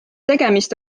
tegemist